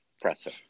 Presser